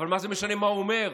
אבל מה זה משנה מה הוא אומר?